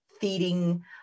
feeding